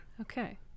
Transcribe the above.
Okay